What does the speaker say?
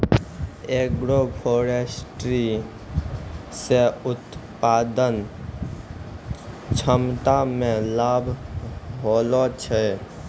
agroforestry से उत्पादन क्षमता मे लाभ होलो छै